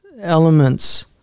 elements